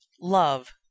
Love